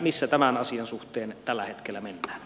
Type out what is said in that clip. missä tämän asian suhteen tällä hetkellä mennään